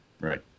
Right